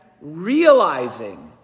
realizing